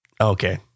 okay